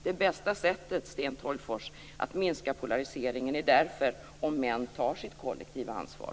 Det bästa sättet att minska polariseringen, Sten Tolgfors, är därför att män tar sitt kollektiva ansvar!